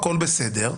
הכול בסדר",